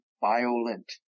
Violent